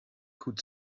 could